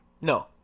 No